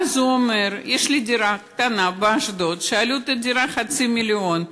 והוא אומר: יש לי דירה קטנה באשדוד ומחיר הדירה הוא חצי מיליון,